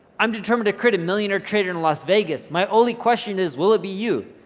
i'm determined to create a millionaire trader in las vegas. my only question is, will it be you?